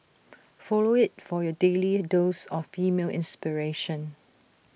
follow IT for your daily dose of female inspiration